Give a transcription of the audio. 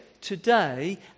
today